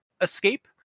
escape